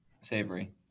Savory